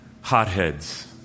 hotheads